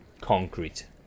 concrete